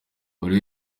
buri